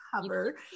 cover